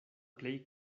plej